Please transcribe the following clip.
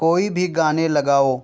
کوئی بھی گانے لگاؤ